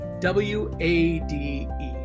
W-A-D-E